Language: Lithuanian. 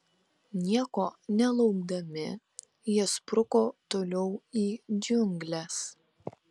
nieko nelaukdami jie spruko toliau į džiungles